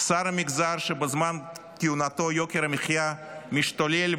שר המגזר שבכהונתו יוקר המחייה משתולל,